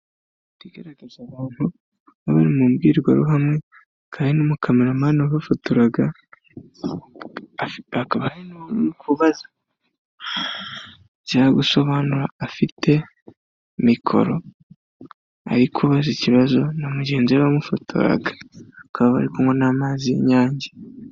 Mu mbwirwaruhame kandi bafoto bya afite mikoro ariko ikibazo na mugenzi we wamufotoraga akaba bari kunywa n'amazi y'inyange.